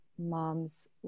moms